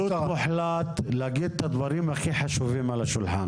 מוחלט להגיד את הדברים הכי חשובים על השולחן,